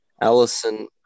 Allison